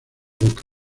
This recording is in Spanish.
boca